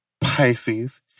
Pisces